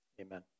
Amen